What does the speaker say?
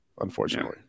unfortunately